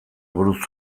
buruz